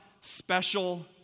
special